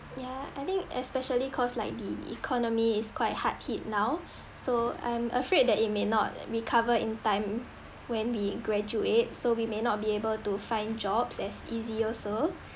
yeah I think especially cause like the economy is quite hard hit now so I'm afraid that it may not recover in time when we graduate so we may not be able to find jobs as easy also